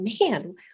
man